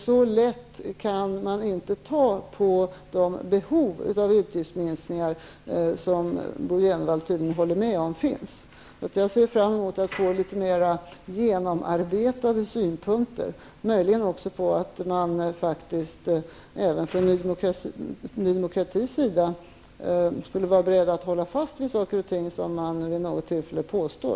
Så lätt kan man inte ta på de behov av utgiftsminskningar som -- vilket Bo Jenevall tydligen håller med om -- Jag ser fram mot att få litet mer genomarbetade synpunkter -- och möjligen också att man faktiskt även från Ny demokratis sida skall vara beredd att hålla fast vid saker och ting som man vid något tillfälle påstår.